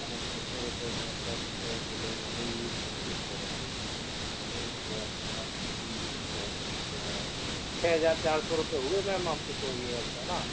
है ना छः सौ रुपये में मतलब छः किलो हो गई ये छत्तीस सौ रुपये की तो छः सौ अट्ठासी तीस चौबीस छः हज़ार चार सौ रुपये हुए मैम आपके तो ये है ना